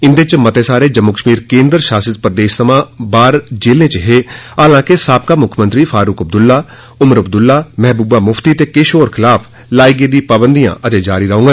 इंदे च मते सारे जम्मू कश्मीर केंद्र शासित प्रदेश थमां बाहर जेले च हे हालांके साबका मुक्खमंत्री फारूक अब्दुल्ला उमर अब्दुल्ला महबूबा मुफ्ती ते किश होर खलाफ लाई गेदी नजरबंदी अजें जारी रौहग